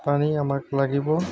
পানী আমাক লাগিব